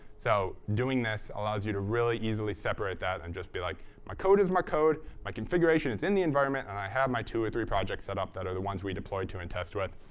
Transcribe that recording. so doing this allows you to really easily separate that and just be like, my code is my code. my configuration is in the environment, and i have my two or three projects set up that are the ones we deploy to and test with.